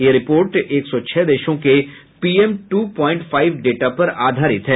यह रिपोर्ट एक सौ छह देशों के PM two point five data पर आधारित है